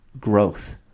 growth